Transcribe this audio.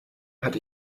had